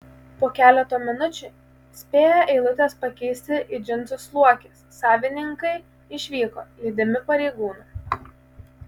po keleto minučių spėję eilutes pakeisti į džinsus luokės savininkai išvyko lydimi pareigūnų